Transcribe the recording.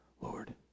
lord